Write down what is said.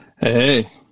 Hey